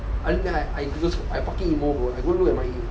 I and then I I go~ I fucking emo bro I go look at my